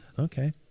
Okay